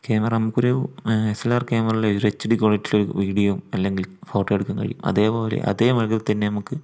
camera നമുക്ക് ഒരു S L R ക്യാമറയുടെ ഒരു എച്ച് ഡി ക്വാളിറ്റി ഉള്ള വിഡിയോയും അല്ലെങ്കിൽ ഫോട്ടോ എടുക്കാൻ കഴിയും അതേപോലെ അതേമാതിരിത്തന്നെ നമുക്ക്